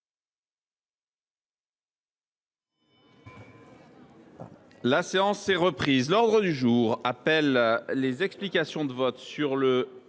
La séance est reprise. L’ordre du jour appelle les explications de vote et le